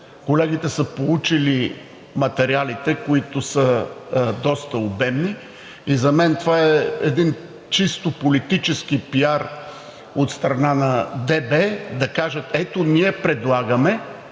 Колегите са получили материалите, които са доста обемни, и за мен това е един чисто политически пиар от страна на ДБ, да кажат: ето, ние предлагаме,